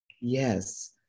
yes